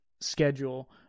schedule